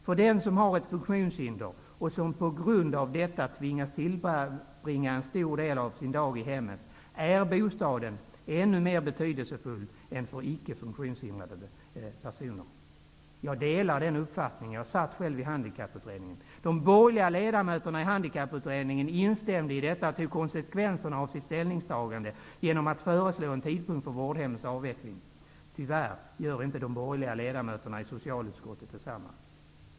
För den som har ett funktionshinder, och som på grund av detta tvingas tillbringa en stor del av sin dag i hemmet, är bostaden ännu mer betydelsefull än för icke funktionshindrade personer.'' Jag delar den uppfattningen. Jag satt själv i Handikapputredningen. Handikapputredningen instämde i detta och tog konsekvenserna av sitt ställningstagande genom att föreslå en tidpunkt för vårdhemmens avveckling. Tyvärr gör inte de borgerliga ledamöterna i socialutskottet detsamma.